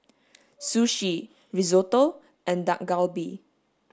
sushi risotto and Dak Galbi